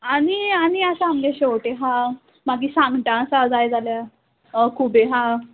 आनी आनी आसा आमगे शेंवटे हा मागीर सांगटां आसा जाय जाल्यार खुबे आहा